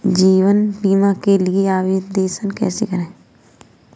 जीवन बीमा के लिए आवेदन कैसे करें?